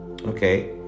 Okay